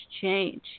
change